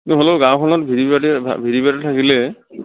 কিন্ত হ'লেও গাঁওখনত V D P party V D P party থাকিলে